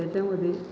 त्याच्यामध्ये